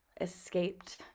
escaped